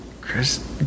Chris